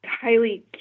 highly